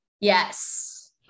yes